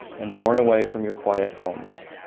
and borne away from your quiet homes.